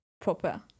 proper